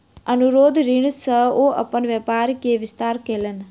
अनुरोध ऋण सॅ ओ अपन व्यापार के विस्तार कयलैन